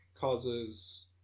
causes